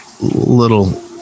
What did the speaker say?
little